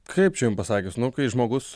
kaip čia jum pasakius nu kai žmogus